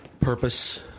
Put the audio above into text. purpose